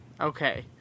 Okay